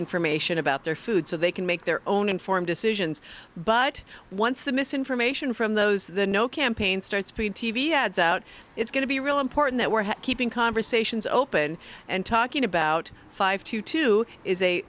information about their food so they can make their own informed decisions but once the misinformation from those the no campaign starts putting t v ads out it's going to be really important that we're keeping conversations open and talking about five to two is a